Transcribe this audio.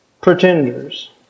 pretenders